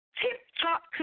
tip-top